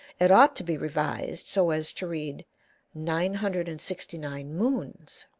it ought to be revised so as to read nine hundred and sixty-nine moons,